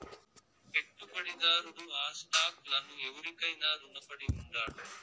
పెట్టుబడిదారుడు ఆ స్టాక్ లను ఎవురికైనా రునపడి ఉండాడు